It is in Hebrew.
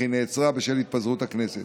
אך היא נעצרה בשל התפזרות הכנסת.